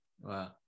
wow